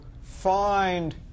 find